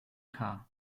car